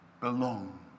belong